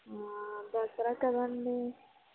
దసరా కదండీ